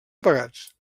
apagats